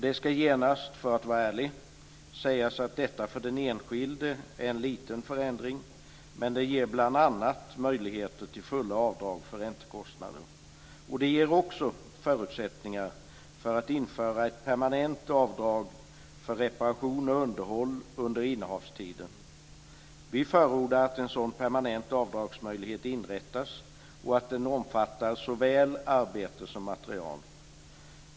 Det ska genast, för att vara ärlig, sägas att detta för den enskilde är en liten förändring, men det ger bl.a. möjlighet till fulla avdrag för räntekostnader. Det ger också förutsättningar för att införa ett permanent avdrag för reparation och underhåll under innehavstiden. Vi förordar att en sådan permanent avdragsmöjlighet inrättas och att den omfattar såväl arbete som material.